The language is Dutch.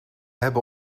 hebben